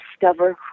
discover